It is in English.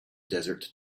desert